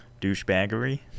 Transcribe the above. douchebaggery